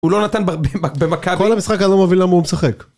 הוא לא נתן במכבי... כל המשחק הזה אני לא מבין למה הוא משחק